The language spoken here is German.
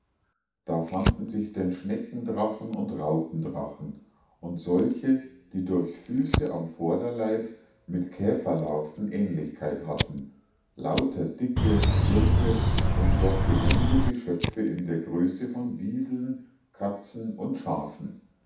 da fanden sich denn schneckendrachen und raupendrachen und solche die durch füße am vorderleib mit käferlarven ähnlichkeit hatten lauter dicke plumpe und doch behende geschöpfe in der größe von wieseln katzen und schafen